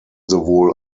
sowohl